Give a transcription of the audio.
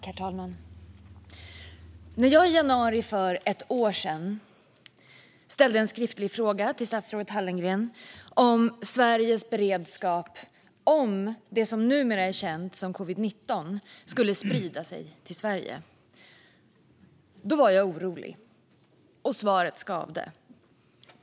Herr talman! När jag i januari för ett år sedan ställde en skriftlig fråga till statsrådet Hallengren om Sveriges beredskap ifall det som numera är känt som covid-19 skulle sprida sig till Sverige var jag orolig, och svaret skavde.